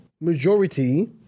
majority